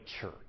church